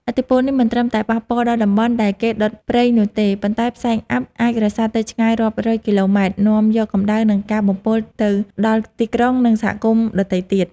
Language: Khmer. ឥទ្ធិពលនេះមិនត្រឹមតែប៉ះពាល់ដល់តំបន់ដែលគេដុតព្រៃនោះទេ ប៉ុន្តែផ្សែងអ័ព្ទអាចរសាត់ទៅឆ្ងាយរាប់រយគីឡូម៉ែត្រ នាំយកកម្ដៅ និងការបំពុលទៅដល់ទីក្រុង និងសហគមន៍ដទៃទៀត។